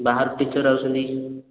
ବାହାରୁ ଟିଚର୍ ଆସୁଛନ୍ତି